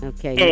Okay